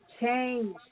change